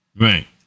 right